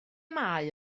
mae